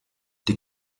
die